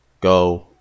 go